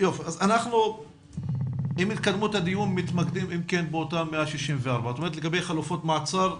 אנחנו עם התקדמות הדיון מתמקדים אם כן באותם 164. לגבי חלופת המעצר,